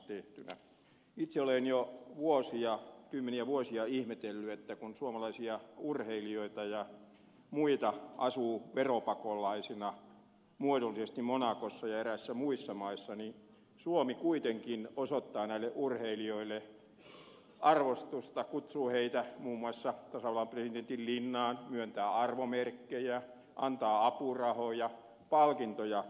itse olen jo vuosia kymmeniä vuosia ihmetellyt että kun suomalaisia urheilijoita ja muita asuu veropakolaisina muodollisesti monacossa ja eräissä muissa maissa niin suomi kuitenkin osoittaa näille urheilijoille arvostusta kutsuu heitä muun muassa tasavallan presidentin linnaan myöntää arvomerkkejä antaa apurahoja palkintoja